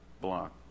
block